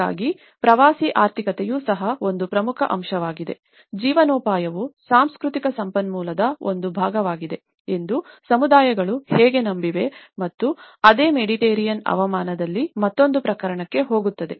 ಹಾಗಾಗಿ ಪ್ರವಾಸಿ ಆರ್ಥಿಕತೆಯು ಸಹ ಒಂದು ಪ್ರಮುಖ ಅಂಶವಾಗಿದೆ ಜೀವನೋಪಾಯವು ಸಾಂಸ್ಕೃತಿಕ ಸಂಪನ್ಮೂಲದ ಒಂದು ಭಾಗವಾಗಿದೆ ಎಂದು ಸಮುದಾಯಗಳು ಹೇಗೆ ನಂಬಿವೆ ಮತ್ತು ಅದೇ ಮೆಡಿಟರೇನಿಯನ್ ಹವಾಮಾನದಲ್ಲಿ ಮತ್ತೊಂದು ಪ್ರಕರಣಕ್ಕೆ ಹೋಗುತ್ತದೆ